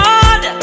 Lord